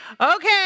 okay